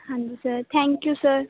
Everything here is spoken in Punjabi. ਹਾਂਜੀ ਸਰ ਥੈਂਕ ਯੂ ਸਰ